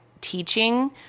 teaching